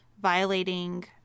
violating